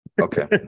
Okay